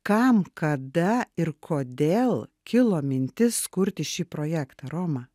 kam kada ir kodėl kilo mintis kurti šį projektą roma